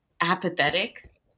apathetic